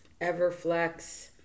Everflex